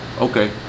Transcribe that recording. Okay